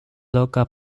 local